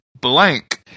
Blank